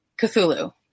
cthulhu